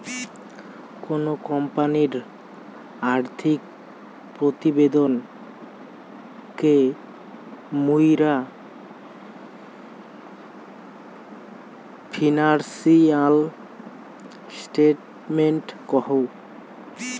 কোনো কোম্পানির আর্থিক প্রতিবেদন কে মুইরা ফিনান্সিয়াল স্টেটমেন্ট কহু